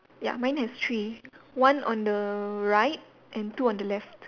ya mine has three one on the right and two on the left